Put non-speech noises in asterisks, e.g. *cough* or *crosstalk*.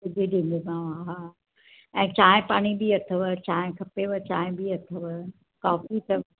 विझी *unintelligible* हा हा ऐं चांहि पाणी बि अथव चांहि खपेव चांहि बि अथव कॉफ़ी अथव